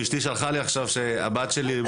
אשתי שלחה לי עכשיו שהבת שלי,